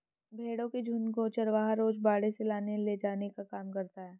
भेंड़ों के झुण्ड को चरवाहा रोज बाड़े से लाने ले जाने का काम करता है